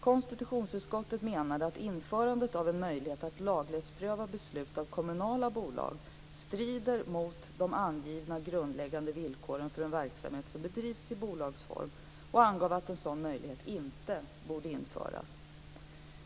Konstitutionsutskottet menade att införandet av en möjlighet att laglighetspröva beslut av kommunala bolag strider mot de angivna grundläggande villkoren för en verksamhet som bedrivs i bolagsform och angav att en sådan möjlighet inte borde införas.